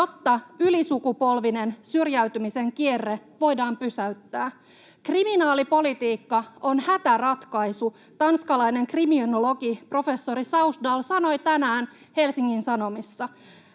jotta ylisukupolvinen syrjäytymisen kierre voidaan pysäyttää. ”Kriminaalipolitiikka on hätäratkaisu”, tanskalainen kriminologi, professori Sausdal sanoi tänään Helsingin Sanomissa.